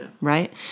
right